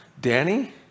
Danny